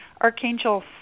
Archangel